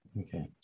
okay